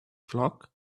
flock